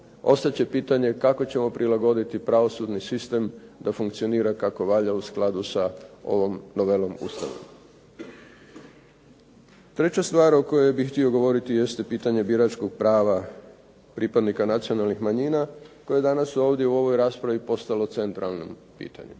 ostat će pitanje kako ćemo prilagoditi pravosudni sistem da funkcionira kako valja u skladu sa ovom novelom Ustava. Treća stvar o kojoj bih htio govoriti jeste pitanje biračkog prava pripadnika nacionalnih manjina koje je danas ovdje u ovoj raspravi postalo centralno pitanje.